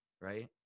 right